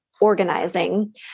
organizing